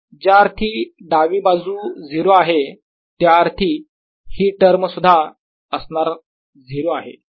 ज्या अर्थी डावी बाजू 0 आहे त्याअर्थी ही टर्म सुद्धा असणार 0 आहे